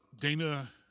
Dana